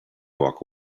walk